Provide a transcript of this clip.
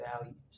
values